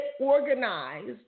organized